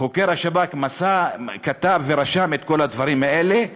חוקר השב"כ כתב ורשם את כל הדברים האלה,